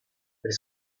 per